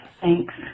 thanks